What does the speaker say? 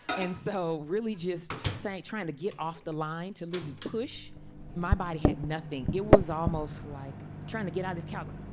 and so really just saying trying to get off the line to legally push my body had nothing. it was almost like trying to get out his kalven.